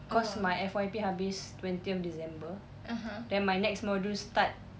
cause my F_Y_P habis twentieth december then my next module start